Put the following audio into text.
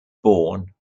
born